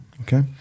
okay